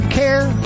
care